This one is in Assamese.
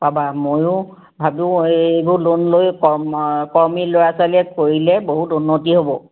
পাবা মইও ভাবোঁ এইবোৰ লোন লৈ কম কৰ্মী ল'ৰা ছোৱালীয়ে কৰিলে বহুত উন্নতি হ'ব